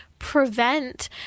prevent